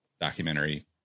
documentary